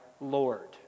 Lord